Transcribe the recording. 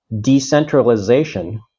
decentralization